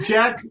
Jack